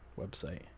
website